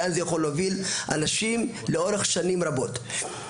לאן זה יכול להוביל אנשים לאורך שנים רבות.